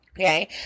okay